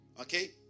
Okay